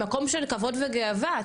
ממקום של כבוד וגאווה,